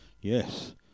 Yes